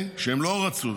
הם לא רצו.